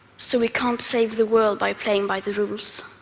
so we can't save the world by playing by the rules,